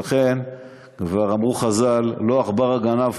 כבר אמרו חז"ל: לא עכברא גנב,